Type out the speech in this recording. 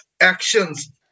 actions